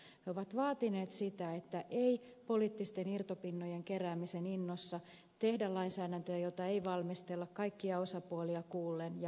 he ovat vaatineet sitä että ei poliittisten irtopinnojen keräämisen innossa tehdä lainsäädäntöä jota ei valmistella kaikkia osapuolia kuullen ja huolellisesti